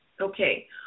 Okay